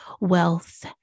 wealth